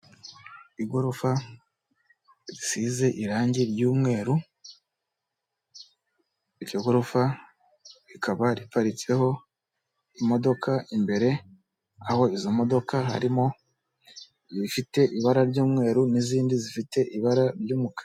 Igorofa risize irangi ry'umweru, iryo gorofa rikaba riparitseho imodoka imbere, aho izo modoka harimo izifite ibara ry'umweru n'izindi zifite ibara ry'umukara.